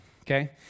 okay